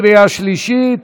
קריאה שלישית.